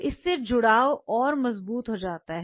इससे जुड़ाव और मजबूत हो जाता है